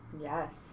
Yes